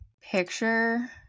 picture